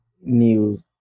new